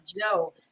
joe